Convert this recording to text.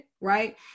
right